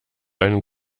einen